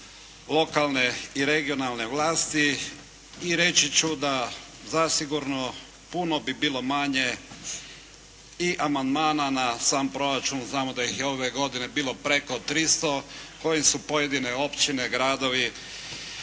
lokalne i regionalne vlasti i reći ću da zasigurno puno bi bilo manje i amandmana na sam proračun. Znamo da ih je ove godine bilo preko 300 koje su pojedine općine, gradovi